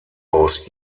aus